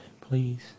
please